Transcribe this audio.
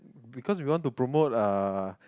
because if you want to promote uh